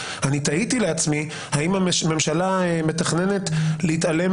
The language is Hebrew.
אני תהיתי לעצמי האם הממשלה מתכננת להתעלם